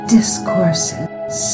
Discourses